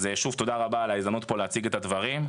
אז שוב, תודה רבה על ההזדמנות פה להציג את הדברים.